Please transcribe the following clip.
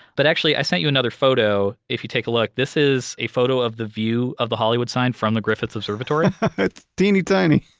but actually i sent you another photo. if you take a look, this is a photo of the view of the hollywood sign from the griffith observatory it's teeny tiny